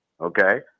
okay